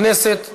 -ראש ועדת הכנסת.